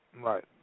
Right